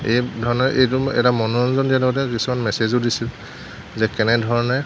এই ধৰণৰ এইটো এটা মনোৰঞ্জন দিয়াৰ ধৰণে কিছুমান মেছেজো দিছিল যে কেনে ধৰণে